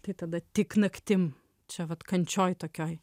tai tada tik naktim čia vat kančioj tokioj